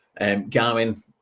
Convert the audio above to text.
garmin